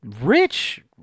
rich